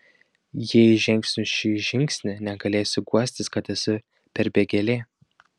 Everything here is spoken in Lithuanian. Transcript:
jei žengsiu šį žingsnį negalėsiu guostis kad esu perbėgėlė